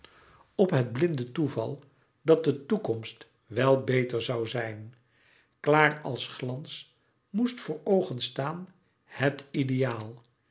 op het blinde toeval dat de toekomst wel beter zoû zijn klaar als glans moest voor oogen staan het ideaal